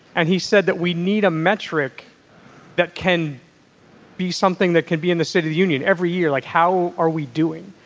and he said that we need a metric that can be something that could be in the state of the union every year like how are we doing.